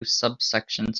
subsections